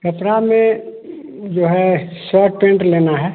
कपड़ा में जो है शर्ट पैन्ट लेना है